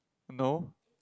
no